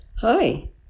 Hi